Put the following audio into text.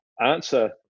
answer